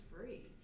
free